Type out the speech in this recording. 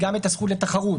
גם את הזכות לתחרות.